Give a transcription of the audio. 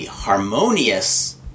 harmonious